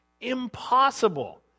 Impossible